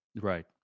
Right